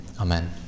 Amen